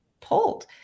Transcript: pulled